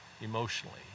emotionally